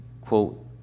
quote